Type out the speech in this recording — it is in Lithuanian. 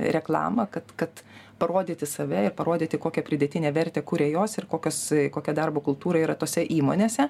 reklamą kad kad parodyti save ir parodyti kokią pridėtinę vertę kuria jos ir kokios kokia darbo kultūra yra tose įmonėse